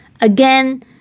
Again